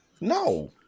no